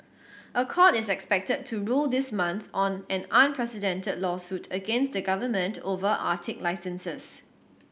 a court is expected to rule this month on an unprecedented lawsuit against the government over Arctic licenses